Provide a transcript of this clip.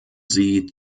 sie